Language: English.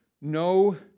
no